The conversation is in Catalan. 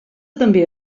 també